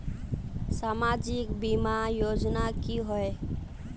सामाजिक बीमा योजना की होय?